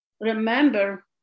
remember